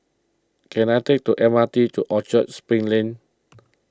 can I take the M R T to Orchard Spring Lane